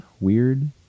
Weird